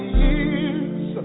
years